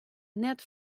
net